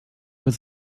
was